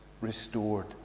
restored